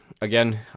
again